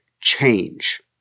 change